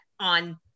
on